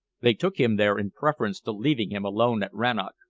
they took him there in preference to leaving him alone at rannoch.